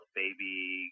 baby